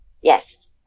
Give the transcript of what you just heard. Yes